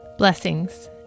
Blessings